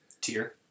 tier